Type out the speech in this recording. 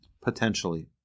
potentially